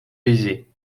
aisée